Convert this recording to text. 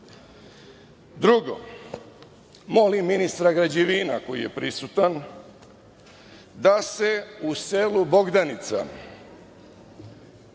rad. Drugo, molim ministra građevna, koji je prisutan, da se u selu Bogdanica…